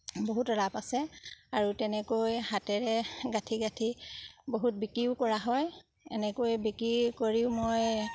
বহুত ৰাপ আছে আৰু তেনেকৈ হাতেৰে গাঁঠি গাঁঠি বহুত বিক্ৰীও কৰা হয় এনেকৈ বিক্ৰী কৰিও মই